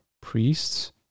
priests